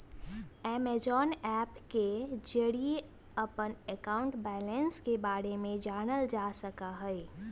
Amazon Pay के जरिए अपन अकाउंट बैलेंस के बारे में जानल जा सका हई